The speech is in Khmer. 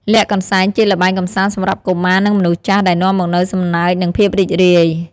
លាក់កន្សែង ជាល្បែងកម្សាន្តសម្រាប់កុមារ និងមនុស្សចាស់ ដែលនាំមកនូវសំណើច និងភាពរីករាយ។